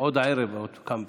עוד הערב כמה פעמים.